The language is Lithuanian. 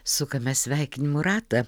sukame sveikinimų ratą